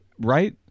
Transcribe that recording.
right